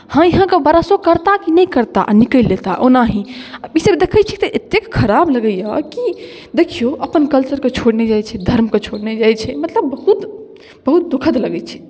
हाँय हाँयके ब्रशो करताह कि नहि करताह आ निकलि लेताह ओनाही ईसभ देखैत छी तऽ एतेक खराब लगैए कि देखिऔ अपन कल्चरकेँ छोड़ने जाइत छै धर्मकेँ छोड़ने जाइत छै मतलब बहुत बहुत दुःखद लगैत छै